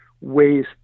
ways